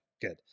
good